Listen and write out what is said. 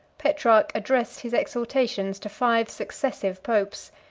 petrarch addressed his exhortations to five successive popes,